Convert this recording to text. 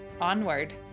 onward